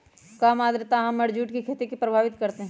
कम आद्रता हमर जुट के खेती के प्रभावित कारतै?